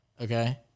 Okay